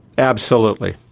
absolutely,